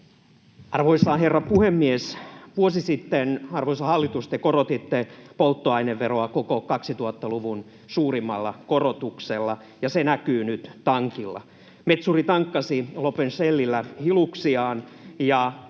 Arvoisa herra puhemies! Vuosi sitten, arvoisa hallitus, te korotitte polttoaineveroa koko 2000-luvun suurimmalla korotuksella, ja se näkyy nyt tankilla. Metsuri tankkasi Lopen Shellillä Hiluxiaan, ja